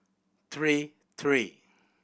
three three